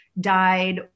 died